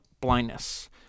blindness